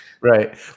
Right